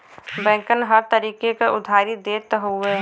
बैंकन हर तरीके क उधारी देत हउए